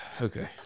Okay